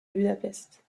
budapest